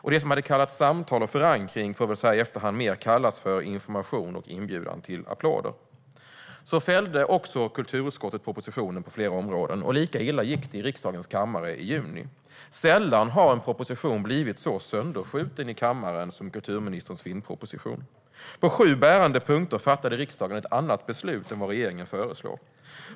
Det som man hade kallat samtal och förankring får väl så här i efterhand mer kallas för information och inbjudan till applåder. Kulturutskottet fällde också propositionen på flera områden, och lika illa gick det i riksdagens kammare i juni. Sällan har en proposition blivit så sönderskjuten i kammaren som kulturministerns filmproposition. På sju bärande punkter fattade riksdagen ett annat beslut än vad regeringen föreslog.